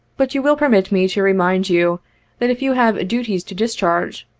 but you will permit me to remind you that if you have duties to discharge,